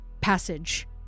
passage